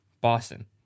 Boston